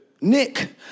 Nick